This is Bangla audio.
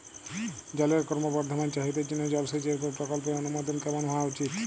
জলের ক্রমবর্ধমান চাহিদার জন্য জলসেচের উপর প্রকল্পের অনুমোদন কেমন হওয়া উচিৎ?